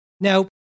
Now